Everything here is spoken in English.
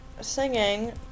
singing